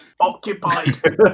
Occupied